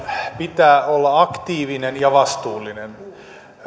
pitää olla aktiivinen ja vastuullinen